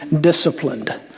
disciplined